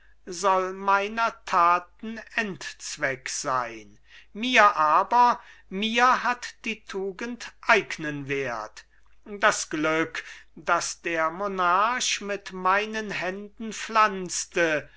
soll meiner taten endzweck sein mir aber mir hat die tugend eignen wert das glück das der monarch mit meinen händen pflanzte